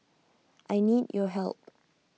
I need your help